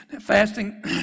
Fasting